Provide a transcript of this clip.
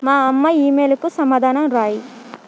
మా అమ్మ ఇమెయిల్కు సమాధానం వ్రాయి